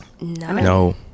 No